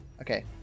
Okay